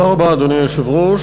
אדוני היושב-ראש,